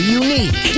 unique